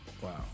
wow